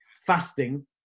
fasting